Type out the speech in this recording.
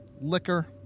liquor